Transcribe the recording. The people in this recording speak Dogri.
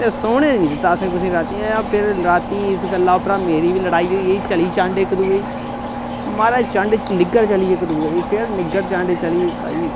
ते सौने निं दित्ता असें कुसै गी रातीं ते रातीं इस गल्ला परा मेरी बी लड़ाई होई गेई ते चली चंड इक दुए गी महाराज चंड निग्गर चली इक दुए गी फिर निग्गर चंड चली भाई